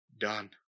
done